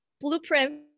blueprint